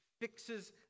fixes